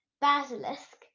basilisk